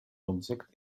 object